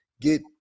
get